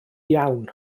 iawn